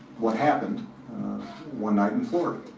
what happened one night in florida.